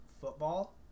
football